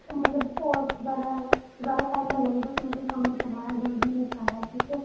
مطلب اور زیادہ زیادہ ٹائم نہ لگے بس مجھے کم میں کروانا ہے جلدی میں ٹھیک ہے